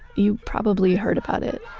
you probably heard about it